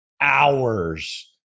hours